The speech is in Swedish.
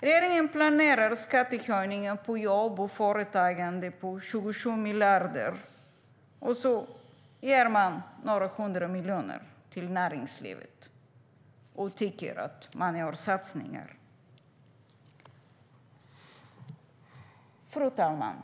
Regeringen planerar skattehöjningar på jobb och företagande med 27 miljarder. Sedan ger man några hundra miljoner till näringslivet och tycker att man gör satsningar. Fru talman!